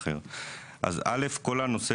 ראשית, כל נושא